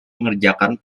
mengerjakan